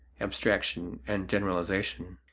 abstraction, and generalization.